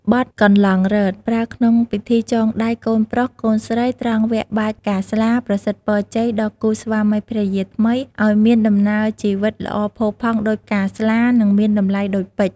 បទកន្លង់រតន៍ ប្រើក្នុងពិធីចងដៃកូនប្រុស កូនស្រី ត្រង់វគ្គបាចផ្កាស្លា ប្រសិទ្ធពរជ័យ ដល់គូស្វាមីភរិយាថ្មី ឱ្យមានដំណើរជីវិតល្អផូរផង់ដូចផ្កាស្លា និងមានតម្លៃដូចពេជ្រ។